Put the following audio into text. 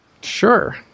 Sure